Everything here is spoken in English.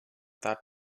that